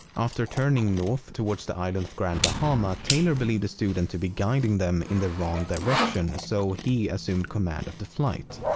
after turning north towards the island of grand bahama taylor believed the student to be guiding them in the wrong direction so he assumed command of the flight.